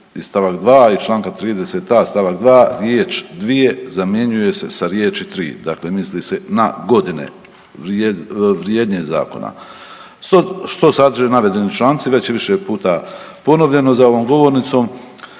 st. 2. i čl. 30.a st. 2., riječ dvije zamjenjuje se sa riječi tri, dakle misli se na godine vrijednje zakona. Što sadrže navedeni članci, već je više puta ponovljeno za ovom govornicom,